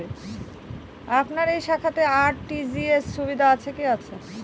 আপনার এই শাখাতে আর.টি.জি.এস সুবিধা আছে কি?